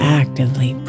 actively